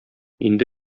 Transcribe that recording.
инде